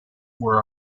were